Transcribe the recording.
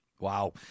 Wow